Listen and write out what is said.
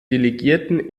delegierten